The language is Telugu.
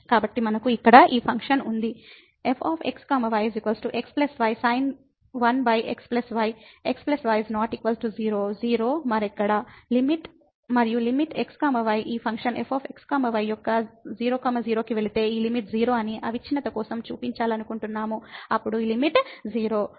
కాబట్టి మనకు ఇక్కడ ఈ ఫంక్షన్ ఉంది f x y x y sin1 x y xy ≠ 0 0 మరెక్కడా మరియు లిమిట్ x y ఈ ఫంక్షన్ f x y యొక్క 00 కి వెళితే ఈ లిమిట్ 0 అని అవిచ్ఛిన్నత కోసం చూపించాలనుకుంటున్నాము అప్పుడు ఈ లిమిట్ 0